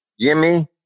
Jimmy